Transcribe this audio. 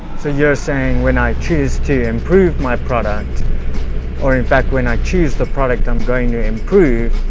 so, you're saying when i choose to improve my product or in fact when i choose the product i'm going to improve,